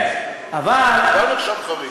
ומשום מה,